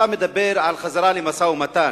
אתה מדבר על חזרה למשא-ומתן.